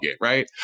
right